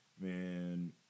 man